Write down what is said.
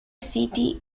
city